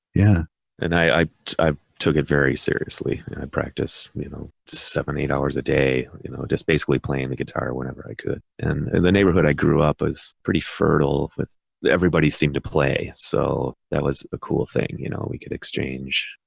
yeah and i i took it very seriously and i practiced, you know, seven, eight hours a day, you know, just basically playing the guitar whenever i could. and the neighborhood i grew up was pretty fertile with everybody seemed to play. so that was a cool thing, you know, we could exchange,